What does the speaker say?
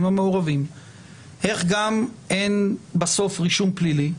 המעורבים איך גם אין בסוף רישום פלילי,